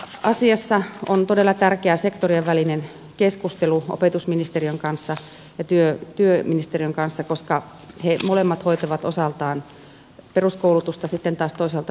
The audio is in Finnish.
koulutusasiassa on todella tärkeää sektorien välinen keskustelu opetusministeriön ja työministeriön kanssa koska ne molemmat hoitavat osaltaan peruskoulutusta ja sitten taas toisaalta työvoimapoliittista koulutusta